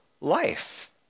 life